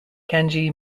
kenji